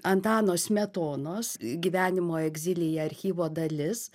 antano smetonos gyvenimo egzilyje archyvo dalis